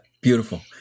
Beautiful